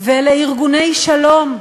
ולארגוני שלום.